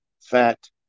fat